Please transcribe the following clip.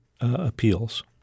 appeals